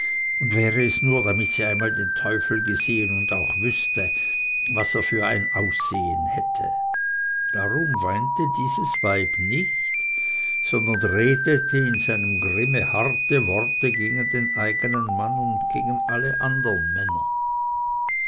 und wäre es nur damit sie einmal den teufel gesehen und auch wüßte was er für ein aussehen hätte darum weinte dieses weib nicht sondern redete in seinem grimme harte worte gegen den eigenen mann und gegen alle andern männer